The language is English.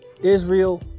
Israel